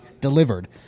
delivered